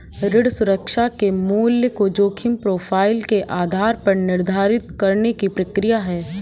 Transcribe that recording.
ऋण सुरक्षा के मूल्य को जोखिम प्रोफ़ाइल के आधार पर निर्धारित करने की प्रक्रिया है